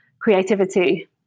creativity